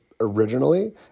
originally